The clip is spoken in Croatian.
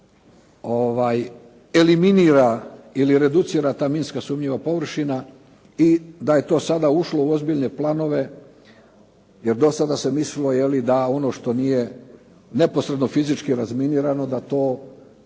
eliminira ili reducira ta minska sumnjiva površina i da je to sada ušlo u ozbiljne planove, jer do sada se mislilo da ono što nije neposredno fizički razminirano da to nije